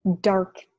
dark